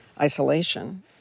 isolation